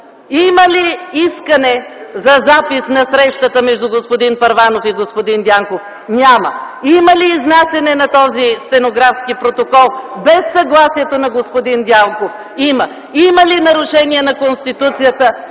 Има ли искане за запис на срещата между господин Първанов и господин Дянков? Няма. Има ли изнасяне на този стенографски протокол без съгласието на господин Дянков? Има. Има ли нарушение на Конституцията?